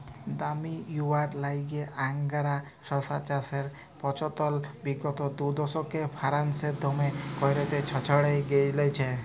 দামি হউয়ার ল্যাইগে আংগারা শশা চাষের পচলল বিগত দুদশকে ফারাল্সে দমে ক্যইরে ছইড়ায় গেঁইলছে